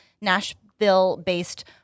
Nashville-based